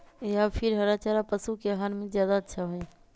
या फिर हरा चारा पशु के आहार में ज्यादा अच्छा होई?